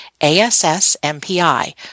ASSMPI